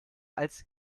als